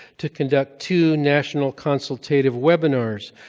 to conduct two national consultative webinars,